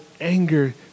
anger